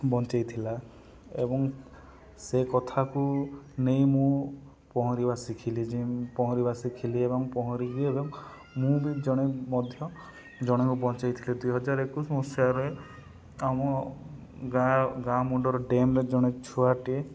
ବଞ୍ଚେଇଥିଲା ଏବଂ ସେ କଥାକୁ ନେଇ ମୁଁ ପହଁରିବା ଶିଖିଲି ଯେ ପହଁରିବା ଶିଖିଲି ଏବଂ ପହଁରିକି ଏବଂ ମୁଁ ବି ଜଣେ ମଧ୍ୟ ଜଣେକୁ ବଞ୍ଚେଇଥିଲି ଦୁଇହଜାର ଏକୋଇଶ ମସିହାରେ ଆମ ଗାଁ ଗାଁ ମୁଣ୍ଡର ଡ୍ୟାମରେ ଜଣେ ଛୁଆଟିଏ